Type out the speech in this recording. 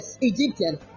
Egyptian